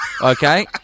Okay